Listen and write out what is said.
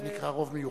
זה נקרא רוב מיוחד.